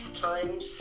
times